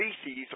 species